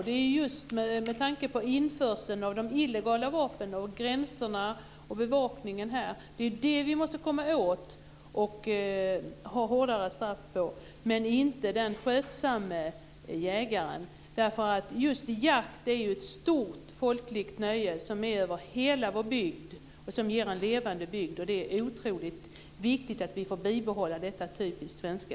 Det är just med tanke på införseln av illegala vapen och när det gäller gränserna och bevakningen som vi måste komma åt det här och ha hårdare straff. Däremot gäller det alltså inte den skötsamme jägaren. Just jakt är ju ett stort folkligt nöje i alla bygder. Jakten ger en levande bygd. Det är otroligt viktigt att vi får bibehålla detta som är så typiskt svenskt.